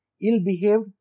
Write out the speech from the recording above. ill-behaved